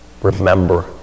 remember